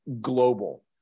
global